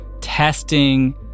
testing